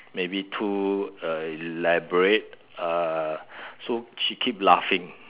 maybe too uh elaborate uh so she keep laughing